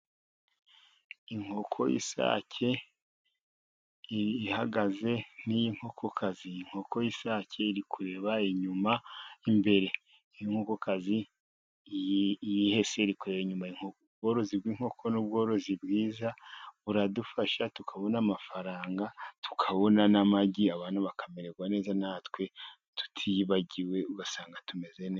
Inkoko y'isake ihagaze n'iy'inkokokazi, inkoko y'isake iri kureba inyuma, imbere iy'inkokokazi yihese iri kureba inyuma, ubworozi bw'inkoko ni ubworozi bwiza ,buradufasha tukabona amafaranga, tukabona n'amagi abana bakamererwa neza, natwe tutiyibagiwe ugasanga tumeze neza.